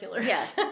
yes